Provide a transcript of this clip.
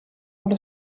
allo